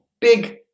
Big